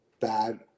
bad